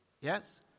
Yes